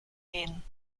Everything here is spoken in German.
gehen